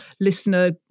listener